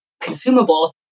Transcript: consumable